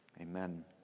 Amen